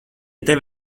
tev